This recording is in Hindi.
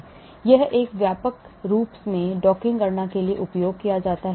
तो यह व्यापक रूप से डॉकिंग गणना के लिए उपयोग किया जाता है